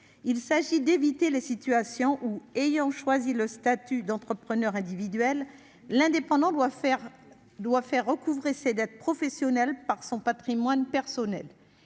Il s'agit d'éviter les situations où, ayant choisi le statut d'entrepreneur individuel, l'indépendant doit accepter de voir ses dettes professionnelles recouvrées sur son patrimoine personnel.